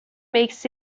makes